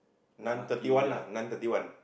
nan thirty one ah nan thirty one